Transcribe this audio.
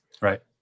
Right